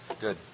Good